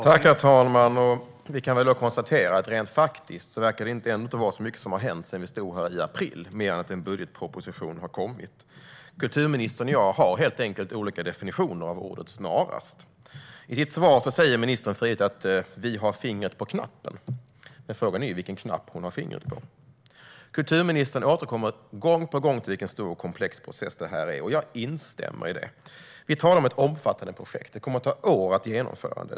Herr talman! Vi kan konstatera att inte mycket verkar ha hänt sedan vi stod här i april, mer än att en budgetproposition har kommit. Kulturministern och jag har helt enkelt olika definitioner av ordet "snarast". I sitt svar säger ministern frejdigt: Vi har fingret på knappen. Frågan är vilken knapp de har fingret på. Kulturministern återkommer gång på gång till vilken stor och komplex process detta är. Jag instämmer i det. Vi talar om ett omfattande projekt som det kommer att ta år att genomföra.